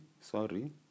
sorry